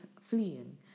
fleeing